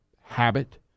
habit